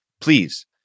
please